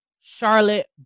Charlotte